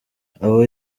abo